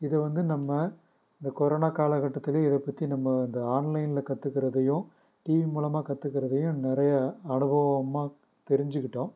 இதை வந்து நம்ம இந்த கொரோனா காலகட்டத்துலயே இதை பற்றி நம்ம இந்த ஆன்லைனில் கத்துக்கிடுதையும் டிவி மூலமாக கத்துக்கிடுதையும் நிறையா அனுப்பவமாக தெரிஞ்சுகிட்டோம்